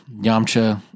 Yamcha